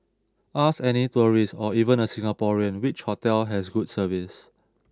ask any tourist or even a Singaporean which hotel has good service